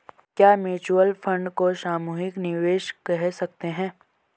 क्या mutual fund को सामूहिक निवेश कह सकते हैं?